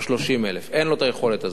או 30,000. אין לו היכולת הזאת.